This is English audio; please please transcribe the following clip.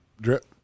Drip